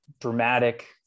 dramatic